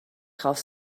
drauf